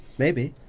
maybe.